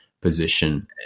position